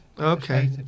Okay